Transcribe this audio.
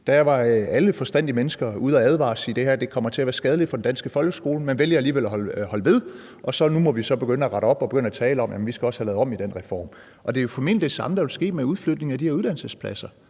alle forstandige mennesker var ude at advare og sige, at det her kommer til at være skadeligt for den danske folkeskole, og man vælger alligevel at holde ved, og nu må vi så begynde at rette op og begynde at tale om, at vi også skal have lavet om på den reform, og det er jo formentlig det samme, der vil ske med udflytningen af de her uddannelsespladser.